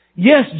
Yes